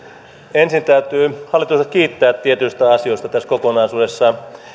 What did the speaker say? ensin täytyy hallitusta kiittää tietyistä asioista tässä kokonaisuudessa